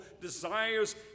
desires